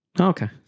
Okay